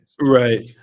Right